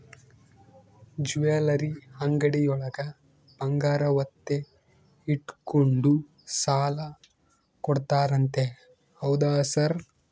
Jewellery ಅಂಗಡಿಯೊಳಗ ಬಂಗಾರ ಒತ್ತೆ ಇಟ್ಕೊಂಡು ಸಾಲ ಕೊಡ್ತಾರಂತೆ ಹೌದಾ ಸರ್?